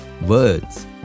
Words